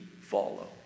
follow